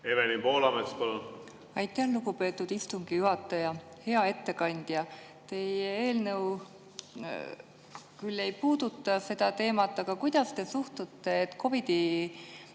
Evelin Poolamets, palun! Aitäh, lugupeetud istungi juhataja! Hea ettekandja! Teie eelnõu küll ei puuduta seda teemat, aga kuidas te suhtute sellesse,